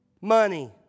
money